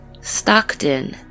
Stockton